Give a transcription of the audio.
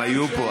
הם היו פה.